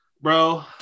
bro